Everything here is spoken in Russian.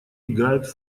играют